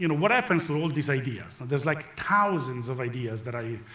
you know what happens to all these ideas? there's, like, thousands of ideas that i you